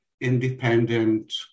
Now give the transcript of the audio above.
independent